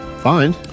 Fine